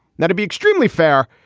that'd be extremely fair.